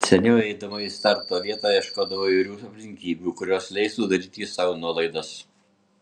seniau eidama į starto vietą ieškodavau įvairių aplinkybių kurios leistų daryti sau nuolaidas